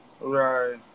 Right